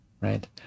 Right